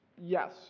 yes